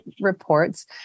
reports